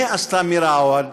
מה עשתה מירה עווד?